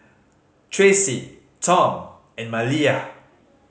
Tracey Tom and Maliyah